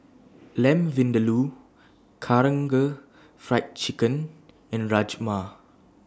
Lamb Vindaloo Karaage Fried Chicken and Rajma